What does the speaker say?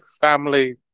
family